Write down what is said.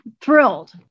thrilled